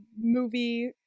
movie